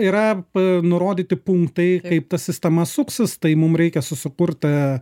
yra nurodyti punktai kaip ta sistema suksis tai mum reikia susikurti